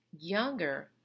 younger